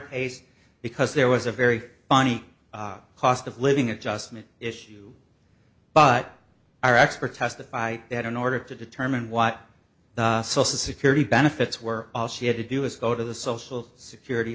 case because there was a very funny cost of living adjustment issue but our experts testify that in order to determine what the social security benefits were all she had to do is go to the social security